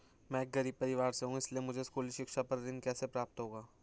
मैं एक गरीब परिवार से हूं इसलिए मुझे स्कूली शिक्षा पर ऋण कैसे प्राप्त होगा?